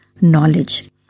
knowledge